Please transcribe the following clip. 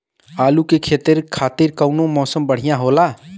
आलू के खेती खातिर कउन मौसम बढ़ियां होला?